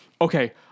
Okay